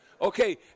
Okay